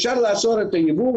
אפשר לאסור את היבוא,